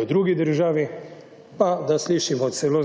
v drugi državi, pa da slišimo celo